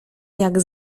jak